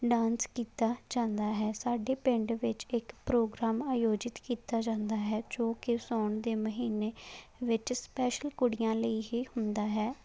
dance ਕੀਤਾ ਜਾਂਦਾ ਹੈ ਸਾਡੇ ਪਿੰਡ ਵਿੱਚ ਇਕ ਪ੍ਰੋਗਰਾਮ ਆਯੋਜਿਤ ਕੀਤਾ ਜਾਂਦਾ ਹੈ ਜੋ ਕਿ ਸਾਉਣ ਦੇ ਮਹੀਨੇ ਵਿੱਚ ਸਪੈਸ਼ਲ ਕੁੜੀਆਂ ਲਈ ਹੀ ਹੁੰਦਾ ਹੈ